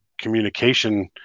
communication